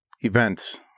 Events